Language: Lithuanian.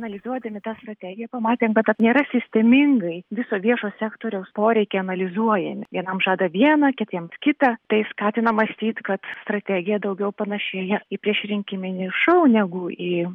analizuodami tą strategiją pamatėm kad kad nėra sistemingai viso viešo sektoriaus poreikiai analizuojami vienam žada vieną kitiems kitą tai skatina mąstyt kad strategija daugiau panašėja į priešrinkiminį šou negu į